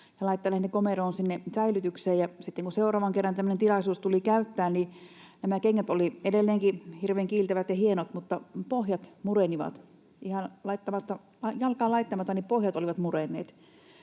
ja laittaneet ne komeroon säilytykseen, ja sitten kun seuraavan kerran tämmöinen tilaisuus tuli käyttää, niin nämä kengät olivat edelleenkin hirveän kiiltävät ja hienot mutta pohjat murenivat, ihan jalkaan laittamatta pohjat olivat murenneet.